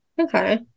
Okay